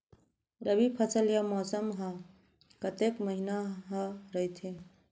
रबि फसल या मौसम हा कतेक महिना हा रहिथे?